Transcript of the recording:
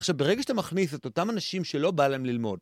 עכשיו, ברגע שאתה מכניס את אותם אנשים שלא בא להם ללמוד...